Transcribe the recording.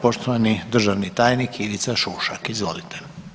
Poštovani državni tajnik Ivica Šušak, izvolite.